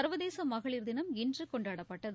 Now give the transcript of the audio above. சர்வதேச மகளிர் தினம் இன்று கொண்டாடப்பட்டது